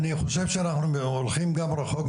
אני חושב שאנחנו הולכים גם רחוק,